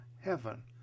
heaven